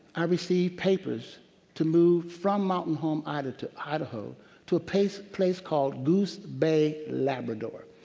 i received papers to move from mountain home, idaho to idaho to a place place called goose bay, labrador.